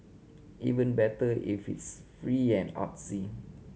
even better if it's free and artsy